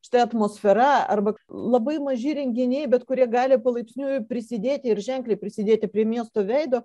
štai atmosfera arba labai maži renginiai bet kurie gali palaipsniui prisidėti ir ženkliai prisidėti prie miesto veido